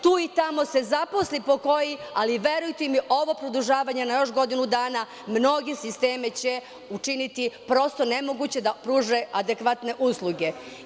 Tu i tamo se zaposli po koji ali, verujte mi, ovo produžavanje na još godinu dana mnoge sisteme će učiniti prosto nemoguće da pruže adekvatne usluge.